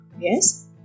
yes